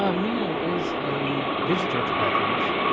ah meno is a visitor to athens,